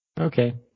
Okay